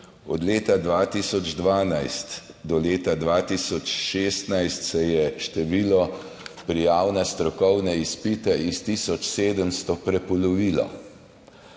Od leta 2012 do leta 2016 se je število prijav na strokovne izpite s tisoč 700 prepolovilo.